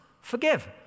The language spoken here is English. forgive